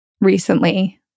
recently